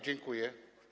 Dziękuję.